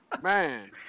Man